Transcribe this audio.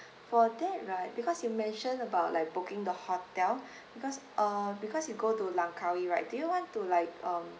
for that right because you mentioned about like booking the hotel because uh because you go to langkawi right do you want to like um